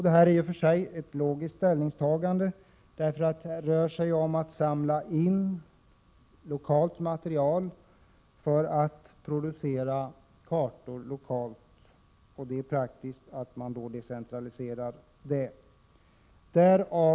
Det här är i och för sig ett logiskt ställningstagande, därför att det rör sig om att samla in lokalt material för lokal produktion av kartor. Det är alltså praktiskt att decentralisera den verksamheten.